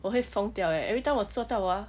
我会疯掉 eh every time 我做到啊